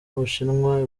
bushinwa